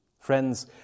Friends